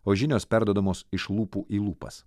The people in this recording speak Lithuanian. o žinios perduodamos iš lūpų į lūpas